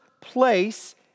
place